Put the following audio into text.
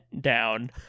down